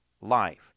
life